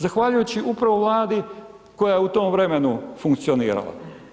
Zahvaljujući upravo Vladi koja je u tom vremenu funkcionirala.